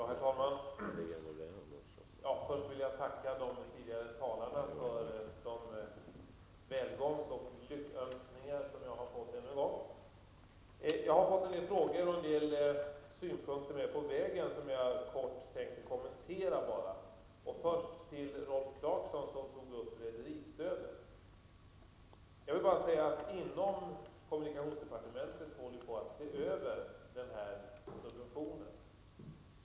Herr talman! Först vill jag än en gång tacka de tidigare talarna för de välgångs och lyckönskningar som jag har fått. Jag har fått en del frågor och synpunkter som jag kort tänker kommentera. Först vänder jag mig till Rolf Clarkson som tog upp rederistödet. Jag vill bara säga att vi inom kommunikationsdepartementet håller på att se över den subventionen.